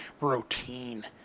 routine